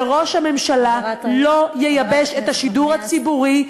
וראש הממשלה לא ייבש את השידור הציבורי,